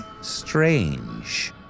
Strange